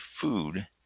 food